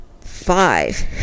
five